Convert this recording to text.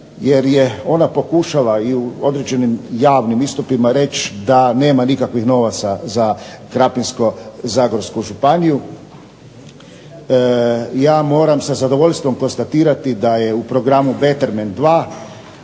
jer je ona pokušala i u određenim javnim istupima reći da nema nikakvih novaca za Krapinsko-zagorsku županiju. Ja moram sa zadovoljstvom konstatirati da je u programu Betterment 2